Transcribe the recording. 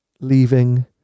leaving